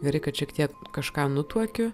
gerai kad šiek tiek kažką nutuokiu